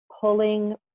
pulling